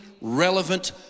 relevant